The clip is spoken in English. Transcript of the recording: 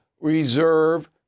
reserve